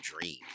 dream